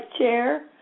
chair